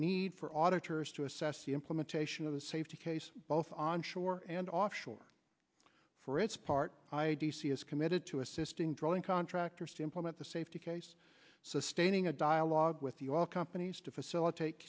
need for auditor is to assess the implementation of the safety case both onshore and offshore for its part i d c is committed to assisting drawing contractors to implement the safety case sustaining a dialogue with the oil companies to facilitate